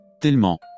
Tellement